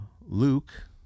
Luke